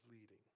leading